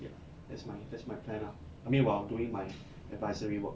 yup that's my that's my plan lah I mean while during my advisory work